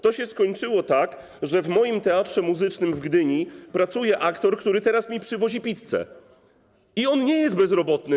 To się skończyło tak, że w moim Teatrze Muzycznym w Gdyni pracuje aktor, który teraz mi przywozi pizzę, i on nie jest bezrobotny.